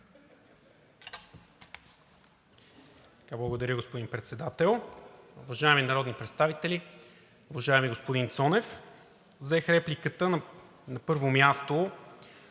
Благодаря, господин Председател.